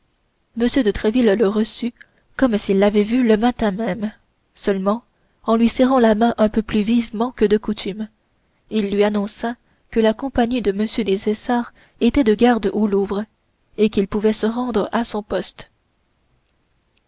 de tréville le reçut comme s'il l'avait vu le matin même seulement en lui serrant la main un peu plus vivement que de coutume il lui annonça que la compagnie de m des essarts était de garde au louvre et qu'il pouvait se rendre à son poste